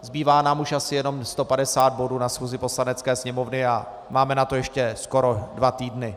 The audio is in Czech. Zbývá nám už asi jenom 150 bodů na schůzi Poslanecké sněmovny a máme na to ještě skoro dva týdny.